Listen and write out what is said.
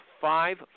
five